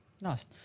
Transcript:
Nice